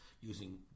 using